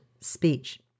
speech